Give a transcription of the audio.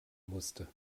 musste